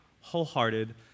wholehearted